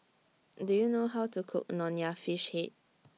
Do YOU know How to Cook Nonya Fish Head